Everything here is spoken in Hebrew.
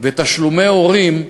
ותשלומי הורים,